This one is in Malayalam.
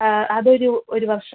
അതൊരു ഒരു വർഷം